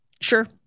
Sure